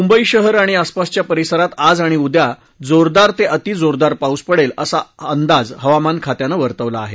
मुंबई शहर आणि आसपासच्या परिसरात आज आणि उद्या जोरदार ते अतिजोरदार पाऊस पडेल असा अंदाज हवामानखात्यानं वर्तवला आहे